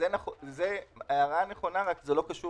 זו הערה נכונה, רק שהיא לא קשורה